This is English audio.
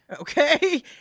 Okay